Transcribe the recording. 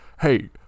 Hey